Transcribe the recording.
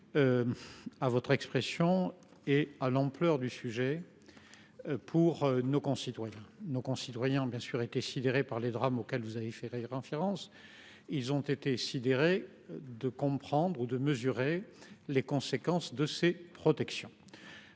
venez d’exprimer et à l’importance d’un tel sujet pour nos concitoyens. Ces derniers ont bien sûr été sidérés par les drames auxquels vous avez fait référence. Ils ont été sidérés de comprendre ou de mesurer les conséquences de ces protections.